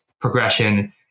progression